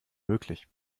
möglich